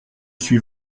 suis